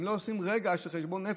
הם לא עושים רגע של חשבון נפש,